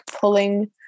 pulling